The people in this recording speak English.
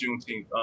Juneteenth